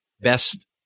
best